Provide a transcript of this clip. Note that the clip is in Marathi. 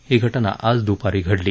ही घटना आज द्पारी घडली